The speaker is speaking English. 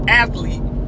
athlete